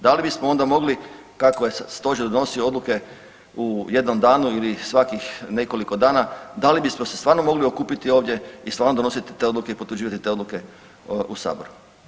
Da li bismo onda mogli kakva je stožer donosio u jednom danu ili svakih nekoliko dana, da li bismo se stvarno mogli okupiti ovdje i stvarno donositi te odluke i potvrđivati te odluke u saboru?